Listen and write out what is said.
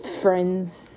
friends